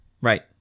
Right